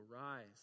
rise